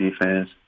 defense